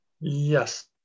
Yes